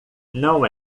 não